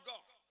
God